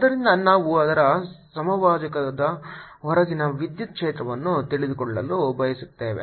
ಆದ್ದರಿಂದ ನಾವು ಅದರ ಸಮಭಾಜಕದ ಹೊರಗಿನ ವಿದ್ಯುತ್ ಕ್ಷೇತ್ರವನ್ನು ತಿಳಿದುಕೊಳ್ಳಲು ಬಯಸುತ್ತೇವೆ